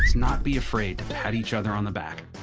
not be afraid to pat each other on the back.